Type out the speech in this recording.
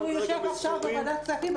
אם הוא יושב עכשיו בוועדת כספים,